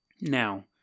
now